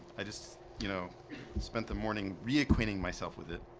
i just you know spent the morning reacquainting myself with it